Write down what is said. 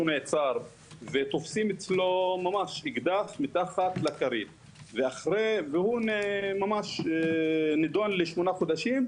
נעצר ותופסים אצלו ממש אקדח מתחת לכרית והוא נידון לשמונה חודשים,